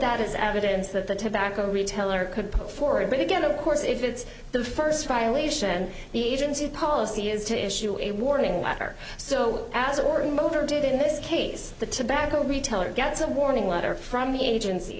that is evidence that the tobacco retailer could put forward but again of course if it's the first violation the agency policy is to issue a warning letter so as or in motor did in this case the tobacco retailer gets a warning letter from the agency